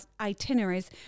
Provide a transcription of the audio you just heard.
itineraries